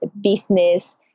business